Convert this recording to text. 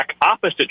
opposite